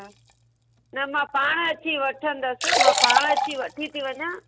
हा न मां पाण अची वठंदसि मां पाण अची वठी थी वञा